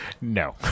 No